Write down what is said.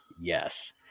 Yes